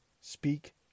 speak